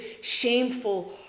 shameful